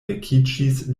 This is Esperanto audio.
vekiĝis